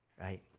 right